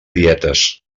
dietes